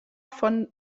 von